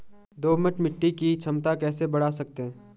दोमट मिट्टी की क्षमता कैसे बड़ा सकते हैं?